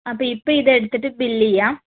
അപ്പം ഇപ്പം ഇതെടുത്തിട്ട് ബിൽ ചെയ്യാം